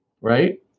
Right